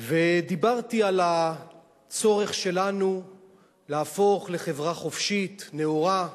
ודיברתי על הצורך שלנו להפוך לחברה חופשית, נאורה,